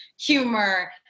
humor